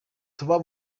tuba